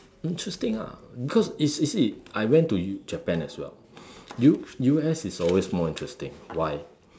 interesting lah because you see see I went to Japan as well U U_S is always more interesting why